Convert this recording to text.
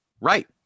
Right